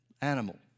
animal